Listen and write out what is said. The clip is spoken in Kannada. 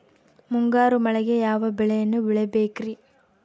ಮುಂಗಾರು ಮಳೆಗೆ ಯಾವ ಬೆಳೆಯನ್ನು ಬೆಳಿಬೇಕ್ರಿ?